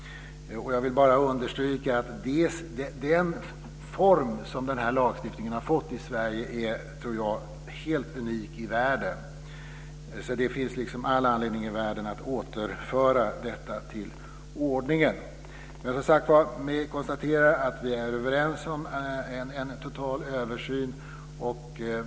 Jag vill bara understryka att den form som den här lagstiftningen har fått i Sverige är helt unik i världen. Det finns all anledning i världen att återföra detta till ordningen. Jag konstaterar att vi är överens om en total översyn.